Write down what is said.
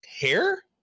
hair